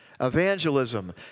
evangelism